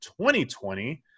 2020